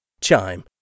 Chime